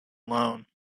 loan